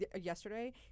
yesterday